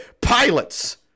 pilots